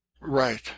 Right